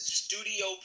studio